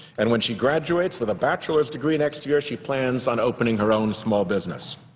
and when she graduates with a bachelor's degree next year she plans on opening her own small business.